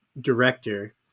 director